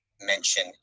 mention